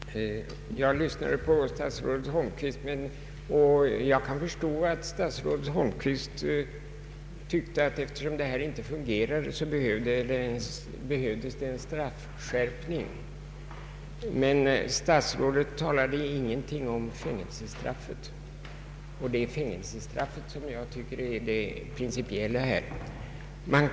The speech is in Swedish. Herr talman! Jag lyssnade till statsrådet Holmqvist och kan förstå att han ansåg att det behövdes en straffskärpning, då det nuvarande systemet inte fungerar. Men statsrådet sade ingenting om fängelsestraffet, och det är den frågan som jag anser vara det principiellt viktiga i detta sammanhang.